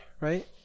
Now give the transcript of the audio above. Right